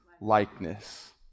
likeness